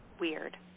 weird